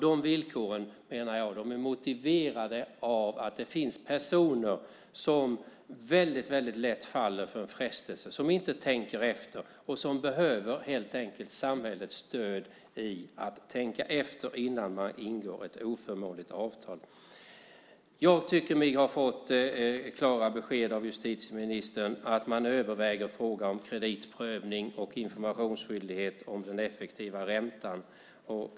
De villkoren, menar jag, är motiverade av att det finns personer som väldigt lätt faller för frestelser, som inte tänker efter och som helt enkelt behöver samhällets stöd när det gäller att tänka efter innan man ingår ett oförmånligt avtal. Jag tycker mig ha fått klara besked av justitieministern om att man överväger frågan om kreditprövning och informationsskyldighet när det gäller den effektiva räntan.